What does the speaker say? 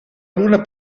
luna